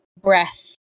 breath